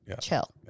chill